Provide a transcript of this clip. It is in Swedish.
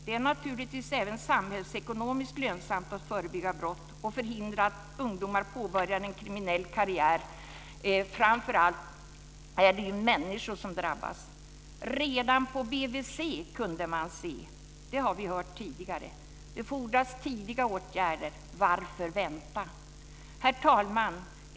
Det är naturligtvis även samhällsekonomiskt lönsamt att förebygga brott och förhindra att ungdomar påbörjar en kriminell karriär, men framför allt är det människor som drabbas. Redan på BVC kunde man se! Det har vi hört tidigare! Det fordras tidiga åtgärder! Varför vänta? Herr talman!